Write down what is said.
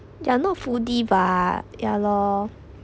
you are not foodie bah ya loh